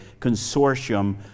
consortium